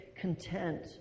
content